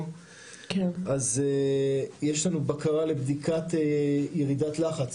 אז יש לנו בקרה לבדיקת ירידת לחץ,